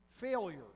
failure